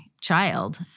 Child